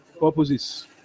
purposes